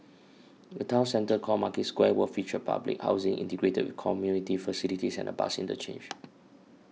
a town centre called Market Square will feature public housing integrated with community facilities and a bus interchange